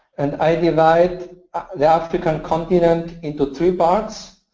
and i divide the african continent into three parts.